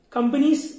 Companies